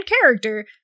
character